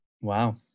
Wow